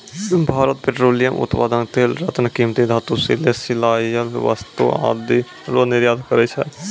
Bharat petroleum उत्पाद तेल रत्न कीमती धातु सिले सिलायल वस्त्र आदि रो निर्यात करै छै